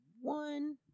one